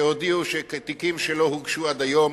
שהודיעו שתיקים שלא הוגשו עד היום,